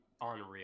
Unreal